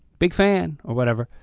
big fan, or whatever.